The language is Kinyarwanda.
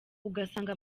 ugasanga